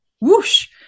whoosh